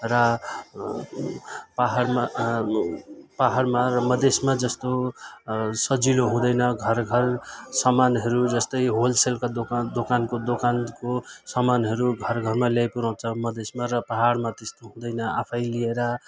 र पाहाडमा पाहाडमा र मधेसमा जस्तो सजिलो हुँदैन घर घर सामानहरू जस्तै होलसेलको दोकान दोकानको दोकानको समानहरू घर घरमा ल्याइपुऱ्याउँछ मधेसमा र पाहाडमा त्यस्तो हुँदैन आफै लिएर